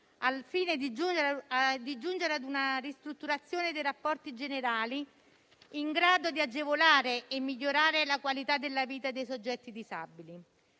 al fine di giungere a una ristrutturazione dei rapporti generali in grado di agevolare e migliorare la qualità della vita dei soggetti disabili.